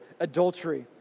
adultery